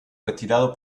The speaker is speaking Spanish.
retirado